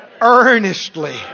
earnestly